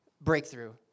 breakthrough